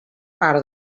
part